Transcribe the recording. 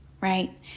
right